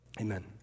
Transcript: amen